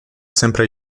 sempre